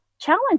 Challenge